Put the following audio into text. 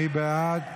מי בעד?